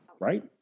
right